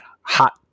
hot